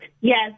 Yes